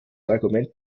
argument